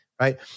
right